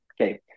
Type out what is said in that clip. Okay